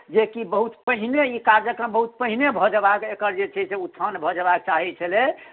जे कि बहुत पहिने ई कार्यक्रम बहुत पहिने भऽ जयबाक एकर जे छै उत्थान भऽ जयबाक चाही छलै